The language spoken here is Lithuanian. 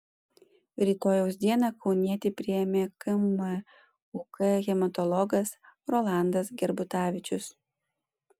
rytojaus dieną kaunietį priėmė kmuk hematologas rolandas gerbutavičius